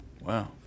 wow